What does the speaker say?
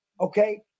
okay